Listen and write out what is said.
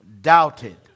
doubted